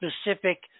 specific